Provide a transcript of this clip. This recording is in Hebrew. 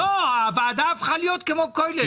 הוועדה הפכה להיות כמו כולל.